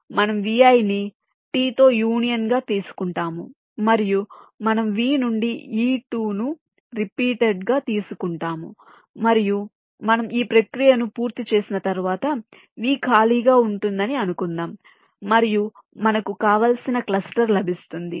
మనము Vi ని t తో యూనియన్గా తీసుకుంటాము మరియు మనము V నుండి ఈ t ను రిపీటెడ్ గా తీసుకుంటాము మరియు మనం ఈ ప్రక్రియను పూర్తి చేసిన తర్వాత V ఖాళీగా ఉంటుందని అనుకుందాం మరియు మనకు కావలసిన క్లస్టర్ లభిస్తుంది